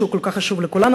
שהוא כל כך חשוב לכולנו,